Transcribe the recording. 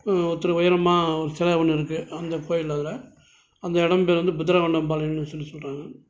ஒருத்தர் உயரமான ஒரு சில ஒன்று இருக்குது அந்த கோவில் அதில் அந்த இடம் பேரு வந்து புத்திர கௌண்டர் பாளையோன்னு சொல்லி சொல்கிறாங்க